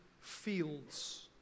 fields